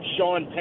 Sean